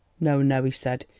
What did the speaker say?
no, no, he said.